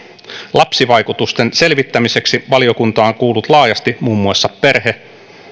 lapsivaikutusten selvittämiseksi valiokunta on kuullut laajasti muun muassa perhe